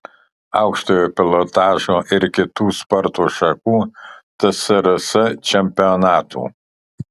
aukštojo pilotažo ir kitų sporto šakų tsrs čempionatų